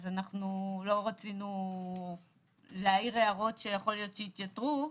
אז לא רצינו להעיר הערות שיכול להיות שיתייתרו.